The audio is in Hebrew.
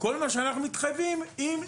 כל מה שאנחנו מתחייבים אם,